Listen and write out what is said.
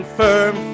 firm